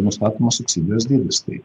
nustatomas subsidijos dydis tai